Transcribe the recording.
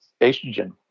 estrogen